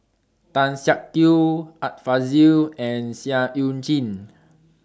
Tan Siak Kew Art Fazil and Seah EU Chin